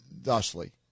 thusly